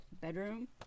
Bedroom